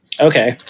okay